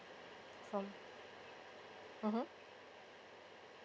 from mmhmm